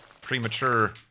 premature